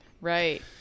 Right